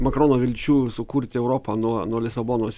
makrono vilčių sukurti europą nuo nuo lisabonos